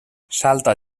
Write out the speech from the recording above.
salta